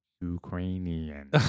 Ukrainian